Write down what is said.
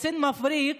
קצין מבריק,